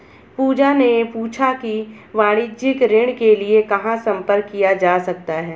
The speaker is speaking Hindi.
पूजा ने पूछा कि वाणिज्यिक ऋण के लिए कहाँ संपर्क किया जा सकता है?